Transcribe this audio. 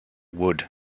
wood